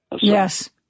Yes